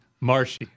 Marshy